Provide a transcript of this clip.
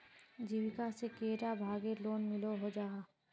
जीविका से कैडा भागेर लोन मिलोहो जाहा?